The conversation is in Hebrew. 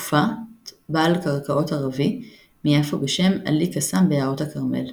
גופת בעל קרקעות ערבי מיפו בשם עלי קאסם ביערות הכרמל.